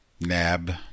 NAB